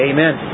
Amen